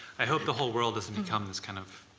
i hope the whole world doesn't become this kind of